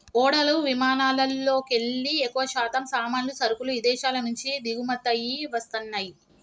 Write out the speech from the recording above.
ఓడలు విమానాలల్లోకెల్లి ఎక్కువశాతం సామాన్లు, సరుకులు ఇదేశాల నుంచి దిగుమతయ్యి వస్తన్నయ్యి